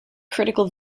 critical